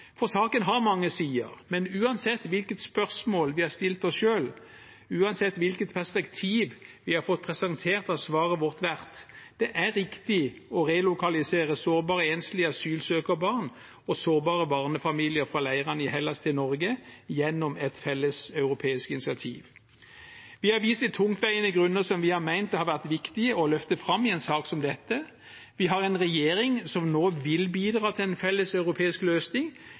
For saken har mange sider, men uansett hvilket spørsmål vi har stilt oss selv, uansett hvilket perspektiv vi har fått presentert, har svaret vårt vært: Det er riktig å relokalisere sårbare enslige asylsøkerbarn og sårbare barnefamilier fra leirene i Hellas til Norge gjennom et felleseuropeisk initiativ. Vi har vist til tungtveiende grunner som vi har ment det har vært viktig å løfte fram i en sak som dette. Vi har en regjering som nå vil bidra til en felleseuropeisk løsning